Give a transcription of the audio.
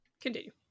continue